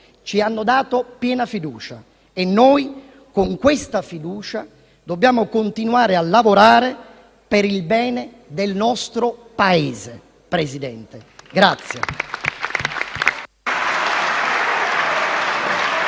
ci hanno dato piena fiducia e noi con questa fiducia dobbiamo continuare a lavorare per il bene del nostro Paese, Presidente.